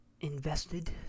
invested